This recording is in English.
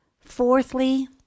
Fourthly